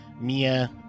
Mia